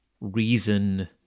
reason